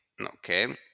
okay